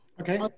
Okay